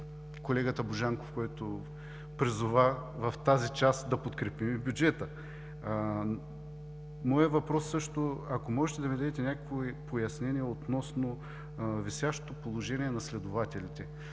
колегата Божанков, който призова в тази част да подкрепим и бюджета. Моят въпрос е, ако може, да ми дадете някакво пояснение относно висящото положение на следователите.